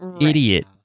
Idiot